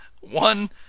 One